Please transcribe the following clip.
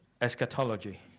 eschatology